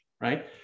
right